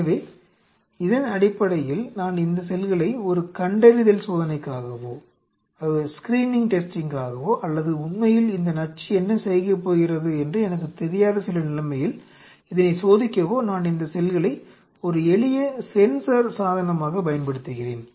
எனவே அதன் அடிப்படையில் நான் இந்த செல்களை ஒரு கண்டறிதல் சோதனைக்காகவோ அல்லது உண்மையில் இந்த நச்சு என்ன செய்யப் போகிறது என்று எனக்கு தெரியாத சில நிலைமையில் இதனை சோதிக்கவோ நான் இந்த செல்களை ஒரு எளிய சென்சார் சாதனமாக பயன்படுத்துகிறேன்